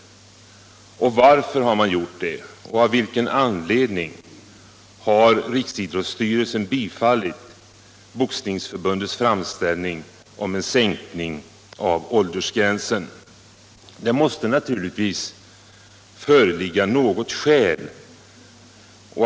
Av vilken anledning har Riksidrottsstyrelsen bifallit Boxningsförbundets framställning om en sänkning av åldersgränsen? Det måste naturligtvis föreligga något skäl.